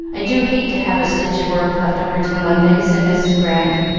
i do hate to have a stitch of work left over till monday, said mrs. grant,